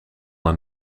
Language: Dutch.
een